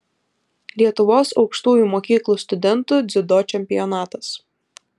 lietuvos aukštųjų mokyklų studentų dziudo čempionatas